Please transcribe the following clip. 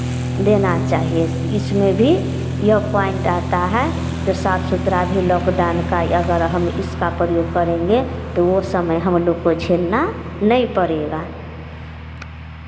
देना चाहिए इसमें भी यह पॉइंट आता है जो साफ़ सुथरा भी लॉक डान का अगर हम इसका का प्रयोग करेंगे तो वह समय हम लोग को झेलना नहीं पड़ेगा